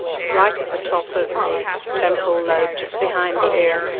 right at the top of the temporal lobe just behind the ear,